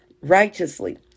righteously